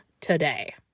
today